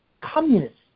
communists